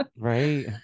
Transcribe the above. right